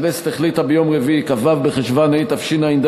הכנסת החליטה ביום רביעי, כ"ו בחשוון התשע"ד,